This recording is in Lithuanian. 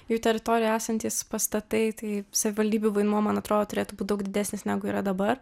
jų teritorijoj esantys pastatai tai savivaldybių vaidmuo man atrodo turėtų būti daug didesnis negu yra dabar